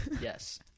Yes